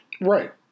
Right